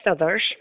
others